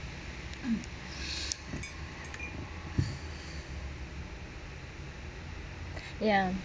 ya